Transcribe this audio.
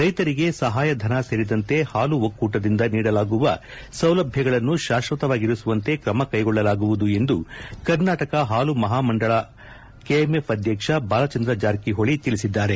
ರೈತರಿಗೆ ಸಹಾಯಧನ ಸೇರಿದಂತೆ ಹಾಲು ಒಕ್ಕೂಟದಿಂದ ನೀಡಲಾಗುವ ಸೌಲಭ್ಯಗಳನ್ನು ಶಾಶ್ವತವಾಗಿರಿಸುವಂತೆ ಕ್ರಮ ಕೈಗೊಳ್ಳಲಾಗುವುದು ಎಂದು ಕರ್ನಾಟಕ ಹಾಲು ಮಹಾ ಮಂಡಲಿ ಕೆಎಂಎಫ್ ಅಧ್ಯಕ್ಷ ಬಾಲಚಂದ್ರ ಜಾರಕಿಹೊಳಿ ತಿಳಿಸಿದ್ದಾರೆ